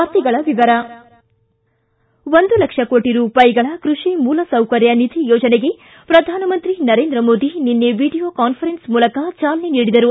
ವಾರ್ತೆಗಳ ವಿವರ ಒಂದು ಲಕ್ಷ ಕೋಟಿ ರೂಪಾಯಿಗಳ ಕೃಷಿ ಮೂಲ ಸೌಕರ್ಯ ನಿಧಿ ಯೋಜನೆಗೆ ಪ್ರಧಾನಮಂತ್ರಿ ನರೇಂದ್ರ ಮೋದಿ ನಿನ್ನೆ ವಿಡಿಯೋ ಕಾನ್ಸರೆನ್ಸ್ ಮೂಲಕ ಚಾಲನೆ ನೀಡಿದರು